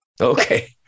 Okay